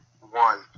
one